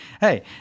hey